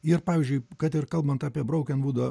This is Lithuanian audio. ir pavyzdžiui kad ir kalbant apie braukenvudo